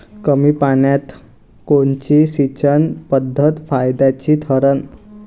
कमी पान्यात कोनची सिंचन पद्धत फायद्याची ठरन?